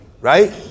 Right